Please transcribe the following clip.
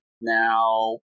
Now